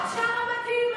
את שרה מדהים.